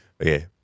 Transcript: Okay